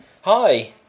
Hi